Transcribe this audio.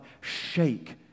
shake